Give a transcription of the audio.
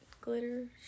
glitter